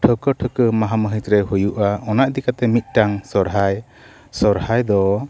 ᱴᱷᱟᱹᱣᱠᱟᱹ ᱴᱷᱟᱹᱣᱠᱟ ᱢᱟᱦᱟ ᱢᱟᱹᱦᱤᱛ ᱨᱮ ᱦᱩᱭᱩᱜᱼᱟ ᱚᱱᱟ ᱤᱫᱤ ᱠᱟᱛᱮᱫ ᱢᱤᱫᱴᱟᱝ ᱥᱚᱨᱦᱟᱭ ᱥᱚᱨᱦᱟᱭ ᱫᱚ